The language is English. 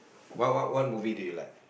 what what what movie do you like